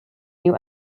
new